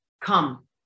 come